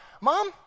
Mom